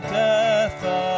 death